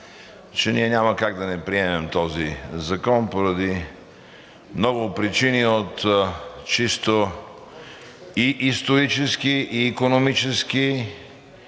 че ние няма как да не приемем този закон поради много причини от чисто и исторически, и икономически,